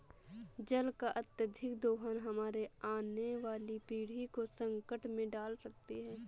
जल का अत्यधिक दोहन हमारे आने वाली पीढ़ी को संकट में डाल सकती है